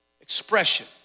expression